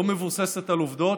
לא מבוססת על עובדות,